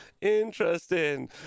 interesting